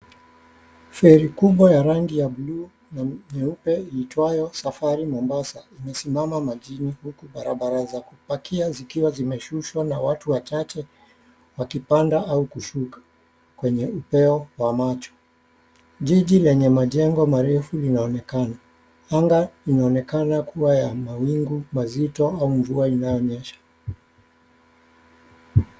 Feri kubwa ya rangi ya bluu nyeupe iitwayo "Safari Mombasa" imesimama majini huku barabara ya kupakia zmeshushwa na watu wachache wakipanda au kushuka kwenye upeo wa macho .Jiji lene majengo marefu linaonekana, anga inaonekana kuwa ya mawingu mazito au mvua inaonyesha.